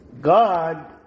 God